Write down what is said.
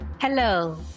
Hello